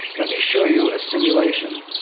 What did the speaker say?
let me show you a simulation